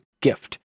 Gift